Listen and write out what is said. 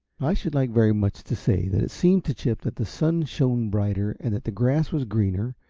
i should like very much to say that it seemed to chip that the sun shone brighter, and that the grass was greener,